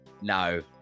no